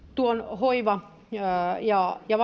hoiva ja ja